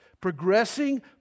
progressing